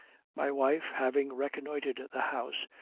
my wife, having reconnoitered the house,